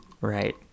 right